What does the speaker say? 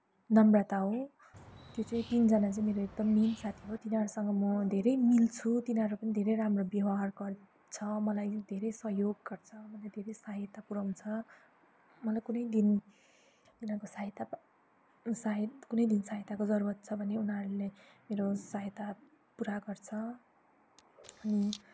नम्रता हो त्यो चाहिँ तिनजना चाहिँ मेरो एकदम मेन साथी हो तिनीहरूसँग म धेरै मिल्छु तिनीहरू पनि धेरै राम्रो व्यवहार गर्छ मलाई धेरै सहयोग गर्छ धेरै मलाई धेरै सहायता पुर्याउँछ मलाई कुनै दिन उनीहरूको सहायता कुनै दिन सहायताको जरुरत छ भने उनीहरूले मेरो सहायता पुरा गर्छ अनि